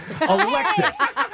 Alexis